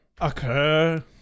occur